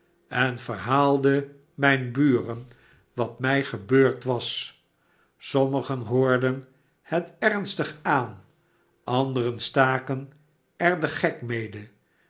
en verhaalde mijn buren wat mij gebeurd was sommigen hoorden het ernstig aan anderen staken er den gek mede